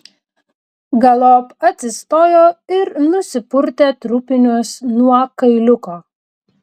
galop atsistojo ir nusipurtė trupinius nuo kailiuko